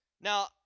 Now